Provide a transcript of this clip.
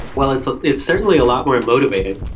well, it's like it's certainly a lot more and motivating.